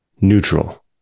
neutral